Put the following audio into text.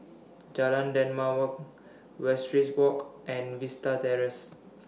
Jalan Dermawan Westridge Walk and Vista Terrace